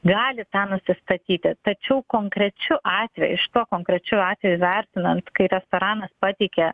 gali tą nusistatyti tačiau konkrečiu atveju šituo konkrečiu atveju vertinant kai restoranas pateikia